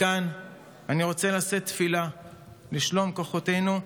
מכאן אני רוצה לשאת תפילה לשלום כוחותינו,